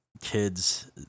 kids